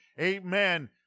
amen